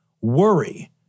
worry